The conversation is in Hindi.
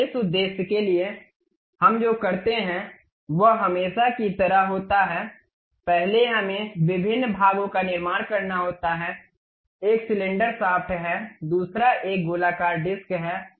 तो इस उद्देश्य के लिए हम जो करते हैं वह हमेशा की तरह होता है पहले हमें विभिन्न भागों का निर्माण करना होता है एक सिलेंडर शाफ्ट है दूसरा एक गोलाकार डिस्क है